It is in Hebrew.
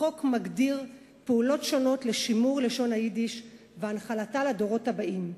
החוק מגדיר פעולות שונות לשימור לשון היידיש ולהנחלתה לדורות הבאים.